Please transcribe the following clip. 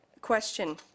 Question